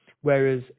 whereas